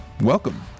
welcome